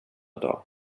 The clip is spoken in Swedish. dag